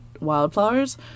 wildflowers